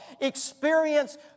Experience